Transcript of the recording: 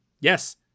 Yes